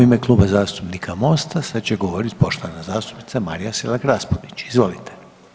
U ime Kluba zastupnika MOST-a sada će govoriti poštovana zastupnica Marija Selak Raspudić, izvolite.